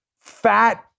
fat